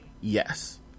Yes